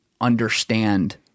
understand